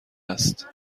است